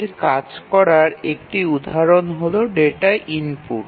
এর কাজ করার একটি উদাহরণ হল ডেটা ইনপুট